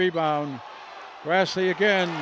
rebound grassi again